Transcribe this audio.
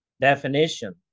definition